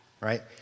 Right